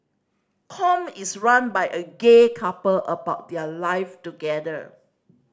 Com is run by a gay couple about their live together